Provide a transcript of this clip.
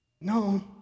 No